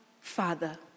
Father